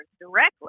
directly